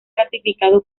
ratificado